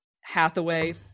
Hathaway